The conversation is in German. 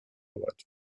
arbeit